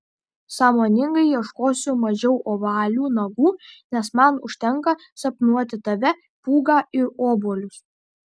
sąmoningai ieškosiu mažiau ovalių nagų nes man užtenka sapnuoti tave pūgą ir obuolius